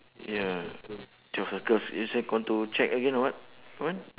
ya just circle you also want to check again or what want